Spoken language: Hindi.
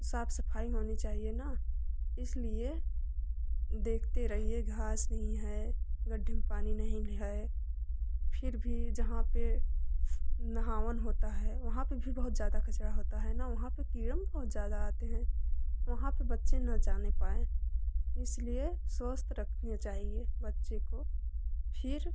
साफ सफाई होनी चाहिए न इसलिए देखते रहिए घास नहीं है गड्ढे में पानी नहीं है फिर भी जहाँ पर नहावन होता है वहाँ पर भी बहुत ज़्यादा कचड़ा होता है न वहाँ पर कीड़ा बहुत ज़्यादा आते हैं वहाँ पर बच्चे न जाने पाएँ इसलिए स्वस्थ रखना चाहिए बच्चे को फिर